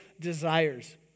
desires